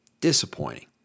Disappointing